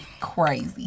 crazy